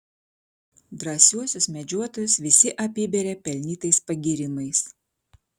drąsiuosius medžiotojus visi apiberia pelnytais pagyrimais